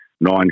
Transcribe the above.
nine